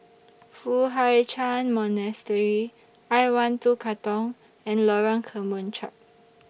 Foo Hai Ch'An Monastery I one two Katong and Lorong Kemunchup